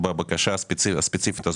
בבקשה הספציפית הזאת?